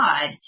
God